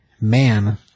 man